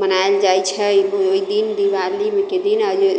मनायल जाइत छै ओही दिन दिवालीके दिन अयो